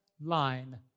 Line